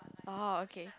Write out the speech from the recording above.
oh okay